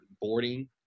boarding